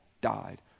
died